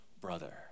brother